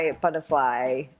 butterfly